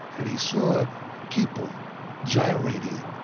and he saw people gyrating,